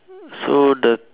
so the